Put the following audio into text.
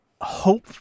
hope